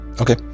okay